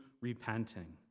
repenting